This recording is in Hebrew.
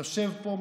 יושב פה.